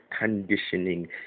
conditioning